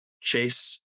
Chase